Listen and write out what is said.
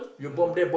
ya lah